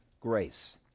grace